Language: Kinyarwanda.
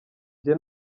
njye